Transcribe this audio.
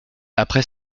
après